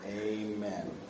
amen